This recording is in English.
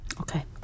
Okay